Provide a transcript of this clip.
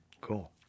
cool